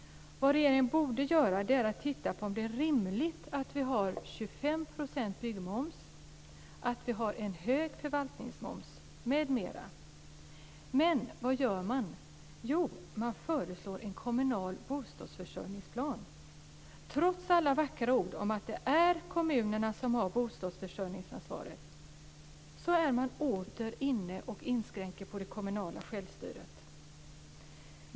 Vad regeringen borde göra är att se över om det är rimligt att ha en 25 procentig byggmoms, att ha en hög förvaltningsmoms m.m. Men vad gör man? Jo, man föreslår en kommunal bostadsförsörjningsplan. Trots alla vackra ord om att det är kommunerna som har bostadsförsörjningsansvaret är man åter inne och inskränker det kommunala självstyret.